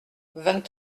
vingt